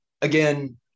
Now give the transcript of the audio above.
Again